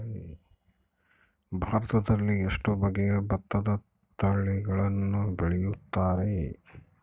ಭಾರತದಲ್ಲಿ ಎಷ್ಟು ಬಗೆಯ ಭತ್ತದ ತಳಿಗಳನ್ನು ಬೆಳೆಯುತ್ತಾರೆ?